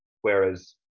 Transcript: Whereas